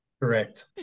Correct